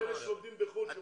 לא לאלה שעובדים בחו"ל שבאים.